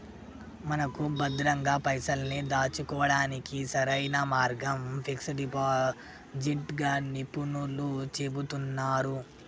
మనకు భద్రంగా పైసల్ని దాచుకోవడానికి సరైన మార్గం ఫిక్స్ డిపాజిట్ గా నిపుణులు చెబుతున్నారు